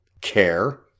Care